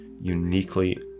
uniquely